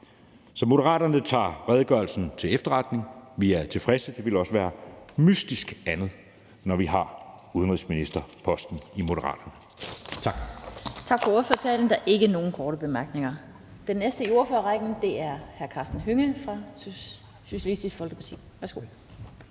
Moderaterne tager redegørelsen til efterretning. Vi er tilfredse, og det ville også være mystisk andet, når vi har udenrigsministerposten i Moderaterne. Tak.